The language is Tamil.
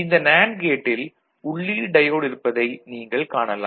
இந்த நேண்டு கேட்டில் உள்ளீடு டயோடு இருப்பதை நீங்கள் காணலாம்